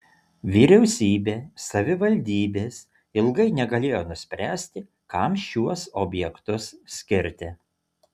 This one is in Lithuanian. vyriausybė savivaldybės ilgai negalėjo nuspręsti kam šiuos objektus skirti